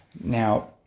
Now